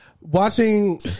watching